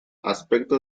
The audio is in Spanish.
aspecto